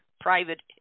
private